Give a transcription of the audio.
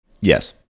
Yes